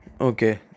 Okay